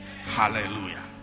hallelujah